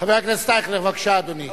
חבר הכנסת אייכלר, בבקשה, אדוני.